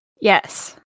Yes